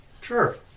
Sure